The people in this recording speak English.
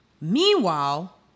Meanwhile